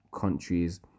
countries